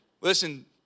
Listen